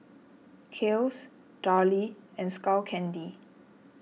Kiehl's Darlie and Skull Candy